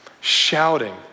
shouting